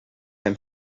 can